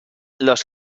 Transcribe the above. los